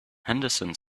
henderson